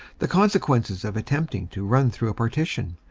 the consequences of attempting to run through a partition,